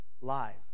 lives